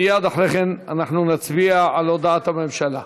מייד לאחר מכן אנחנו נצביע על הודעת הממשלה.